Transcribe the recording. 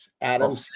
Adam